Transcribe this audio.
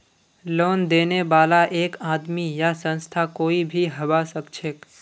loan देने बाला एक आदमी या संस्था कोई भी हबा सखछेक